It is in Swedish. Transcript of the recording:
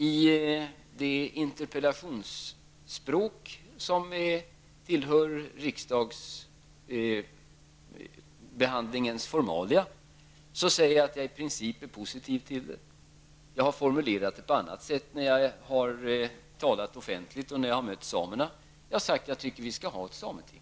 Med det interpellationsspråk som tillhör riksdagsbehandlingens formalia säger jag att jag i princip är positiv till det. Jag har formulerat det på annat sätt när jag har talat offentligt och när jag har mött samerna. Jag har sagt att jag tycker att vi skall ha ett sameting.